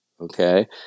Okay